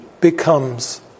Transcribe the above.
becomes